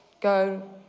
Go